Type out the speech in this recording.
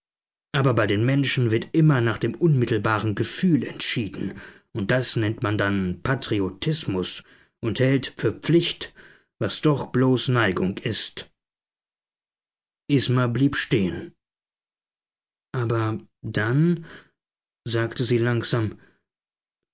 aber bei den menschen wird immer nach dem unmittelbaren gefühl entschieden und das nennt man dann patriotismus und hält für pflicht was doch bloß neigung ist isma blieb stehen aber dann sagte sie langsam